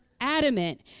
adamant